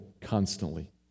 constantly